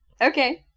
Okay